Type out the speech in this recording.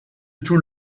tout